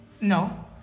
No